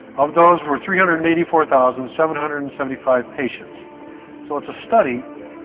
of those were three hundred and eighty four thousand seven hundred and seventy five patients so it's a study